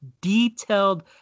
detailed